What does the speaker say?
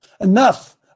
Enough